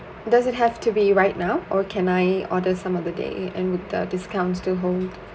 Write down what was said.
does it have to be right now or can I order some other day and with the discounts to hold